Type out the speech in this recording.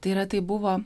tai yra tai buvo